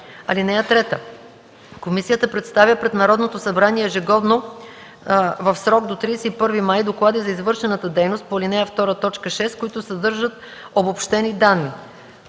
данни. (3) Комисията представя пред Народното събрание ежегодно в срок до 31 май доклади за извършената дейност по ал. 2, т. 6, които съдържат обобщени данни: